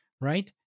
right